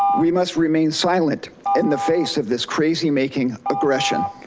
we must remain silent in the face of this crazy making aggression.